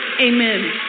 amen